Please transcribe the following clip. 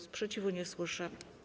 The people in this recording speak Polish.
Sprzeciwu nie słyszę.